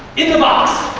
in the box.